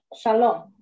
Shalom